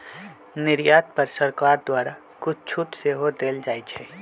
निर्यात पर सरकार द्वारा कुछ छूट सेहो देल जाइ छै